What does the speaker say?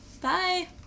bye